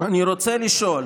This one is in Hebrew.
אני רוצה לשאול